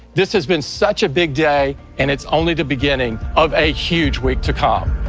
this has been such a big day and it's only the beginning of a huge week to come.